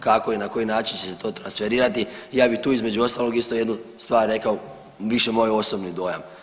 Kako i na koji način će se to transferirati, ja bih tu između ostalog isto jednu stvar rekao više moj osobni dojam.